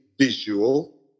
visual